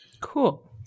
Cool